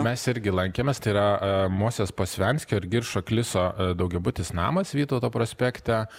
mes irgi lankėmės tai yra mozės posvianskio ir giršo kliso daugiabutis namas vytauto prospekte